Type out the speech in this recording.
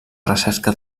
recerca